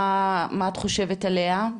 מה את חושבת עליה?